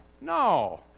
No